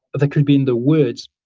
that could be in the woods.